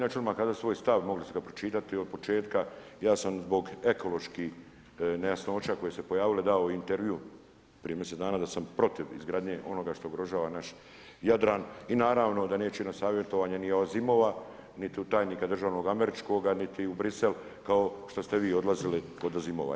Ja ću vam odmah kazat svoj stav, mogli ste ga pročitati od početka, ja sam zbog ekoloških nejasnoća koje su se pojavile dao intervju prije mjeseca dana da sam protiv izgradnje onoga što ugrožava naš Jadran i naravno da neće na savjetovanje ni Ozimova niti u tajnika državnog američkoga, niti u Brisel, kao što ste vi odlazili kod Ozimova.